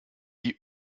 die